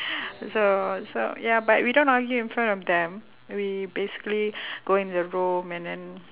so so ya but we don't argue in front of them we basically go in the room and then